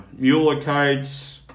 Mulekites